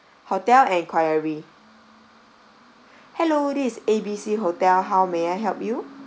hotel enquiry hello this is A B C hotel how may I help you